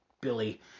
Billy